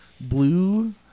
blue